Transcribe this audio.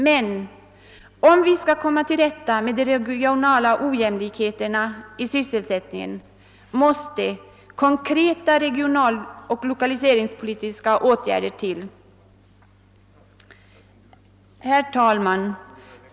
Men om vi skall kunna komma till rätta med de regionala ojämnheterna i sysselsättningen måste konkreta regionaloch lokaliseringspolitiska åtgärder vidtas. Herr talman!